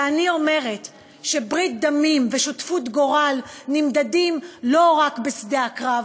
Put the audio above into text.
ואני אומרת שברית דמים ושותפות גורל נמדדים לא רק בשדה הקרב,